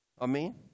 Amen